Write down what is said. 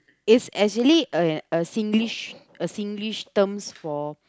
is actually a a Singlish a Singlish terms for